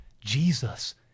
Jesus